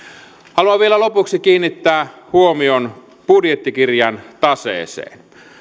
haluan vielä lopuksi kiinnittää huomion budjettikirjan taseeseen